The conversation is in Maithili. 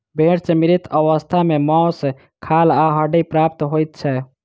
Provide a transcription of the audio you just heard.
भेंड़ सॅ मृत अवस्था मे मौस, खाल आ हड्डी प्राप्त होइत छै